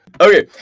Okay